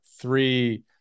three